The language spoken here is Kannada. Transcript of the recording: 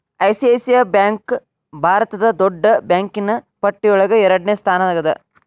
ಐ.ಸಿ.ಐ.ಸಿ.ಐ ಬ್ಯಾಂಕ್ ಭಾರತದ್ ದೊಡ್ಡ್ ಬ್ಯಾಂಕಿನ್ನ್ ಪಟ್ಟಿಯೊಳಗ ಎರಡ್ನೆ ಸ್ಥಾನ್ದಾಗದ